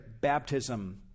baptism